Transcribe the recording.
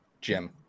Jim